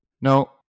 No